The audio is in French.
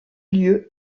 lieu